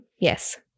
Yes